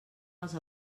els